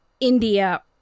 India